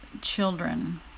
children